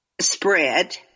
spread